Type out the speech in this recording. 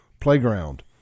playground